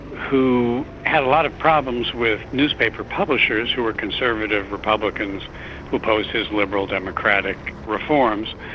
who had a lot of problems with newspaper publishers who were conservative republicans who opposed his liberal democratic reforms.